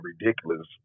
ridiculous